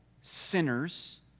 sinners